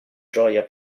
gioia